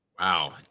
Wow